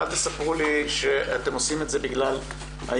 אל תספרו לי שאתם עושים את זה בגלל ההימורים,